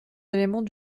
éléments